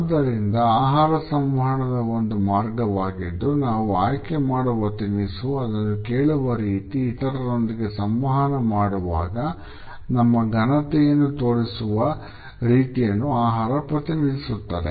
ಆದ್ದರಿಂದ ಆಹಾರ ಸಂವಹನದ ಒಂದು ಮಾರ್ಗವಾಗಿದ್ದು ನಾವು ಆಯ್ಕೆಮಾಡುವ ತಿನಿಸು ಅದನ್ನು ಕೇಳುವ ರೀತಿ ಇತರರೊಂದಿಗೆ ಸಂವಹನ ಮಾಡುವಾಗ ನಮ್ಮ ಘನತೆಯನ್ನು ತೋರ್ಪಡಿಸುವ ರೀತಿಯನ್ನು ಆಹಾರ ಪ್ರತಿನಿಧಿಸುತ್ತದೆ